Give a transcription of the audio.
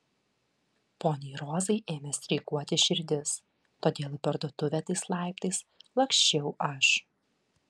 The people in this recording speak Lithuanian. poniai rozai ėmė streikuoti širdis todėl į parduotuvę tais laiptais laksčiau aš